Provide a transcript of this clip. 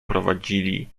prowadzili